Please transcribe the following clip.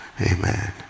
Amen